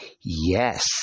Yes